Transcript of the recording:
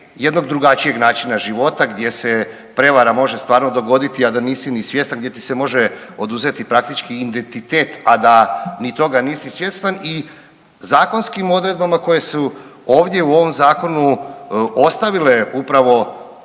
jednog drugačijeg načina života gdje se prevara može stvarno dogoditi a da nisi ni svjestan gdje ti se može oduzeti praktički identitet, a da ni toga nisi svjestan. I zakonskim odredbama koje su ovdje u ovom zakonu ostavile upravo